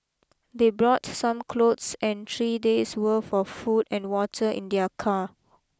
they brought some clothes and three days worth of food and water in their car